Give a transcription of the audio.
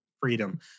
freedom